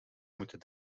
moeten